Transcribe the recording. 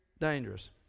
dangerous